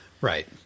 Right